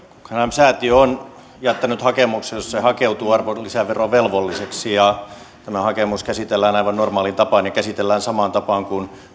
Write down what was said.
säätiö on jättänyt hakemuksen jossa se hakeutuu arvonlisäverovelvolliseksi ja tämä hakemus käsitellään aivan normaaliin tapaan ja käsitellään samaan tapaan kuin